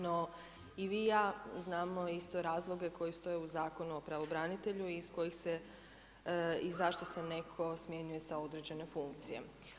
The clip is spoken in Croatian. No i vi i ja znamo isto razloge koji stoje u Zakonu o pravobranitelju i iz kojih se i zašto se netko smjenjuje sa određene funkcije.